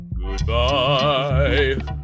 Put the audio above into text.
Goodbye